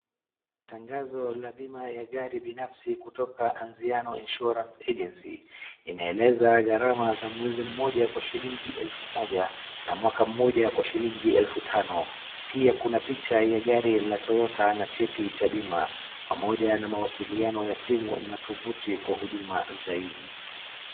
Tangazo la bima ya gari binafsi kutoka Anziano insurance agency inaeleza garama za mwezi mmoja kwa shilingi elfu moja na mwaka mmoja kwa shilingi elfu tano pia kuna picha ya gari la Toyota na cheti cha bima pamoja na mawasiliano ya simu na tovuti kwa huduma zaidi.